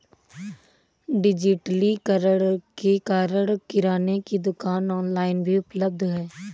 डिजिटलीकरण के कारण किराने की दुकानें ऑनलाइन भी उपलब्ध है